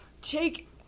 take